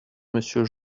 monsieur